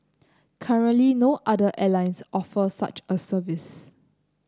currently no other airlines offer such a service